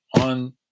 on